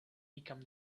become